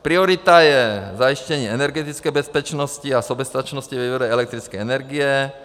Priorita je zajištění energetické bezpečnosti a soběstačnosti ve výrobě elektrické energie.